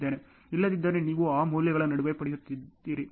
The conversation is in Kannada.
ಇಲ್ಲದಿದ್ದರೆ ನೀವು ಆ ಮೌಲ್ಯಗಳ ನಡುವೆ ಪಡೆಯುತ್ತೀರಿ